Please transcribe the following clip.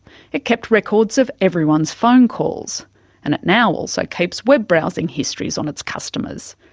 it kept records of everyone's phone calls and it now also keeps web browsing histories on its customers.